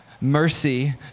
mercy